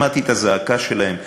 שמעתי את הזעקה שלהם.